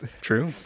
true